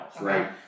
Right